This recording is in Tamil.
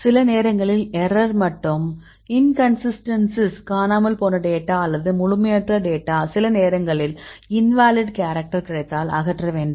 சில நேரங்களில் எரர் மற்றும் இன்கன்சிஸ்டன்ஸிஸ் காணாமல் போன டேட்டா அல்லது முழுமையற்ற டேட்டா சில நேரங்களில் இன்வேலிட் கேரக்டர் கிடைத்தால் அகற்ற வேண்டும்